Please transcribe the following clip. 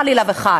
חלילה וחס.